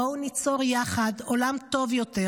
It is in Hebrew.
בואו ניצור יחד עולם טוב יותר,